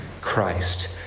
Christ